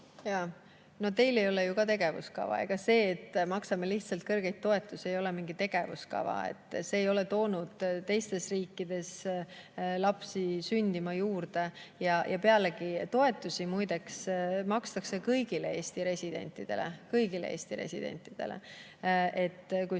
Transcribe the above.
… No teil ei ole ju ka tegevuskava. Ega see, et maksame lihtsalt kõrgeid toetusi, ei ole mingi tegevuskava. See ei ole toonud teistes riikides sünde juurde. Pealegi, toetusi makstakse muideks kõigile Eesti residentidele, kõigile Eesti residentidele – siin